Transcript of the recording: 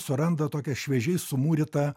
suranda tokią šviežiai sumūrytą